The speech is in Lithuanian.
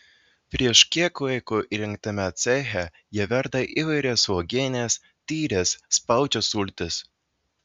prieš kiek laiko įrengtame ceche jie verda įvairias uogienes tyres spaudžia sultis